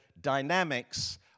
dynamics